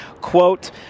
quote